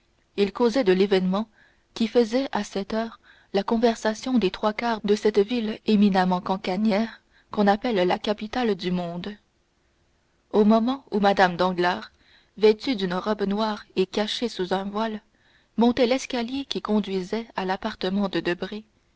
il causait de l'événement qui faisait à cette heure la conversation des trois quarts de cette ville éminemment cancanière qu'on appelle la capitale du monde au moment où mme danglars vêtu d'une robe noire et cachée sous un voile montait l'escalier qui conduisait à l'appartement de debray